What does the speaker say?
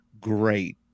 great